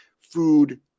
food